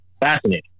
Fascinating